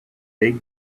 big